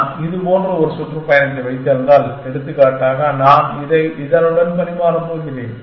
நான் இது போன்ற ஒரு சுற்றுப்பயணத்தை வைத்திருந்தால் எடுத்துக்காட்டாக நான் இதை இதனுடன் பரிமாறப் போகிறேன்